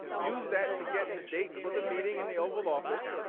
use that to get the date for the meeting in the oval office